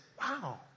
wow